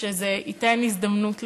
שזה ייתן הזדמנות לכולם.